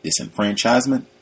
disenfranchisement